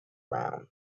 round